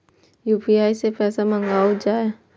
UPI सै पैसा मंगाउल जाय?